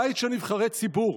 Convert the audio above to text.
בית של נבחרי ציבור,